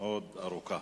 עוד ארוכה.